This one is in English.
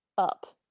up